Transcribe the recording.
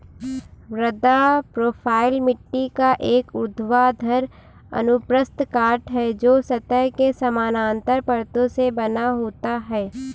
मृदा प्रोफ़ाइल मिट्टी का एक ऊर्ध्वाधर अनुप्रस्थ काट है, जो सतह के समानांतर परतों से बना होता है